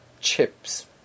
chips